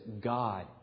God